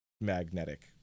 magnetic